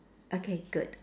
okay good